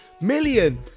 million